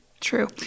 True